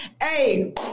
Hey